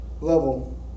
level